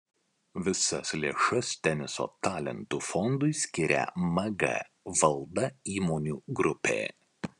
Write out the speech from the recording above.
visas lėšas teniso talentų fondui skiria mg valda įmonių grupė